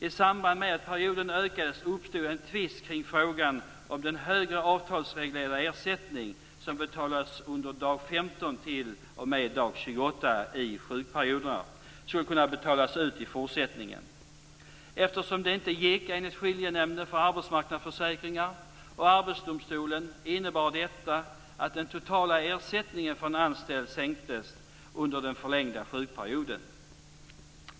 I samband med att perioden utökades uppstod en tvist kring frågan om den högre avtalsreglerade ersättning som betalas under dag 15 t.o.m. dag 28 i sjukperioder skulle kunna utbetalas i fortsättningen. Eftersom det inte gick, enligt Skiljenämnden för arbetsmarknadsförsäkringar och Arbetsdomstolen, innebar detta att den totala ersättningen för en anställd sänktes under den förlängda sjukperioden.